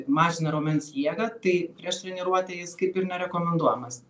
mažina raumens jėgą tai prieš treniruotę jis kaip ir nerekomenduojamas